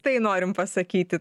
tai norim pasakyti